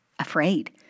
afraid